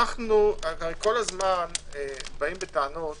אנו כל הזמן באים בטענות